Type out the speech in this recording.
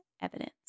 evidence